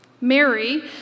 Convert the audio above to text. Mary